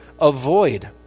avoid